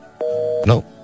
No